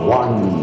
one